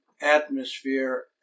atmosphere